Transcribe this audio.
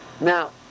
Now